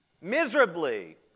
Miserably